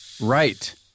Right